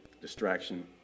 distraction